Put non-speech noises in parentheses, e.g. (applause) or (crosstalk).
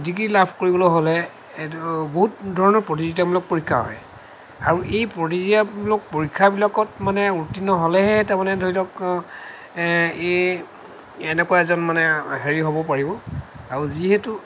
degree লাভ কৰিবলৈ হ'লে এইটো বহুত ধৰণৰ প্ৰতিযোগিতামূলক পৰীক্ষা হয় আৰু এই প্ৰতিযোগিতামূলক পৰীক্ষাবিলাকত মানে উত্তীৰ্ণ হ'লেহে তাৰমানে ধৰিলওক (unintelligible) ই এনেকুৱা এজন মানে হেৰি হ'ব পাৰিব আৰু যিহেতু